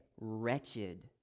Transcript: wretched